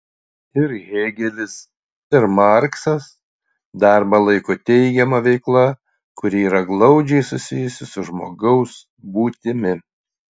ir hėgelis ir marksas darbą laiko teigiama veikla kuri yra glaudžiai susijusi su žmogaus būtimi